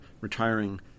retiring